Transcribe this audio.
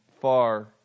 far